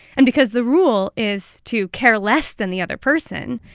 and because the rule is to care less than the other person,